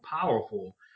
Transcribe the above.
powerful